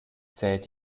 zählt